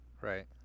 Right